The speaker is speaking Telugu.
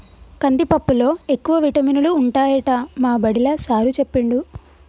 కందిపప్పులో ఎక్కువ విటమినులు ఉంటాయట మా బడిలా సారూ చెప్పిండు